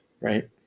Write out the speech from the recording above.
right